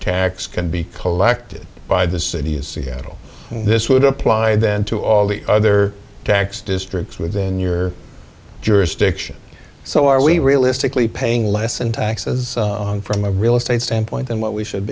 tax can be collected by the city of seattle and this would apply then to all the other tax districts within your jurisdiction so are we realistically paying less in taxes from a real estate standpoint than what we should